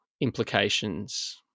implications